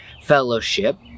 Fellowship